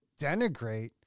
denigrate